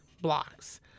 blocks